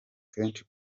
kenshi